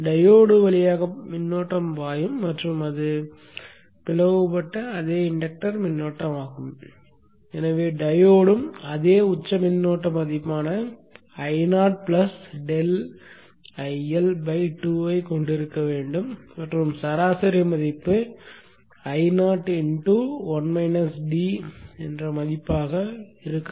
diode வழியாக மின்னோட்டம் பாயும் மற்றும் அது பிளவுபட்ட அதே இன்டக்டர் மின்னோட்டமாகும் எனவே டையோடும் அதே உச்ச மின்னோட்ட மதிப்பான Io ∆IL2 ஐக் கொண்டிருக்க வேண்டும் மற்றும் சராசரி மதிப்பு Io மதிப்பாக இருக்கும்